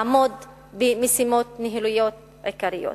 לעמוד במשימות ניהוליות עיקריות.